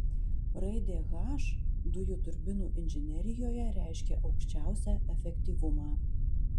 raidė h dujų turbinų inžinerijoje reiškia aukščiausią efektyvumą